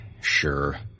Sure